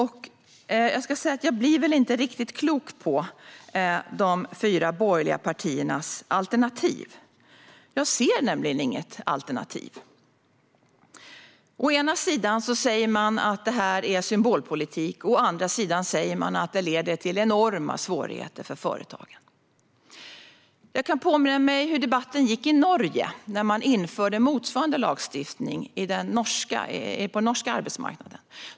Jag blir väl inte riktigt klok på de fyra borgerliga partiernas alternativ. Jag ser nämligen inte något alternativ. Å ena sidan säger man att det är symbolpolitik, å andra sidan säger man att det leder till enorma svårigheter för företagen. Jag kan påminna mig hur debatten gick i Norge när man införde motsvarande lagstiftning på den norska arbetsmarknaden.